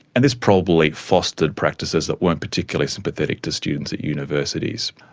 and this probably fostered practices that weren't particularly sympathetic to students at universities.